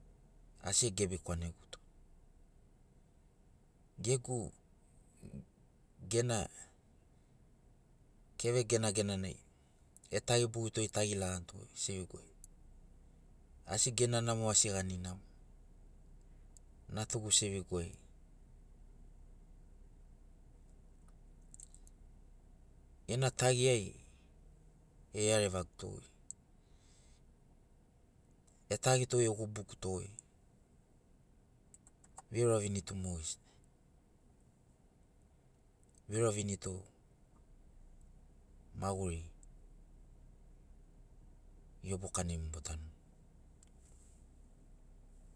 Asi egebi kwaneguto gegu gena keve genagenanai etagi bogito goi etagi lagani to goi seviguai asi gena namo asi gani namo natugu seviguai gena tagiai e iarevaguto goi. etagito goi egubuguto goi viurani tu mogesina viuravini tu maguri iobukanai mogo botanuni.